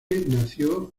nació